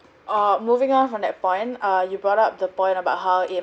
err moving on from that point err you brought up the point about how it